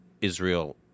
Israel